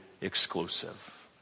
exclusive